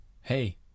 hey